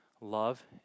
love